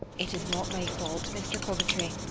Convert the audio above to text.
it is not my fault, mr. coventry.